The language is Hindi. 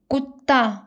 कुत्ता